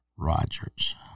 Rogers